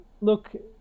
Look